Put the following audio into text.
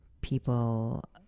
people